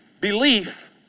Belief